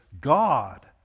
God